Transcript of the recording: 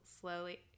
slowly